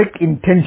intention